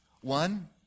One